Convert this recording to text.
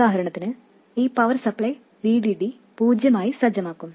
ഉദാഹരണത്തിന് ഈ power supply VDD പൂജ്യമായി സജ്ജമാക്കും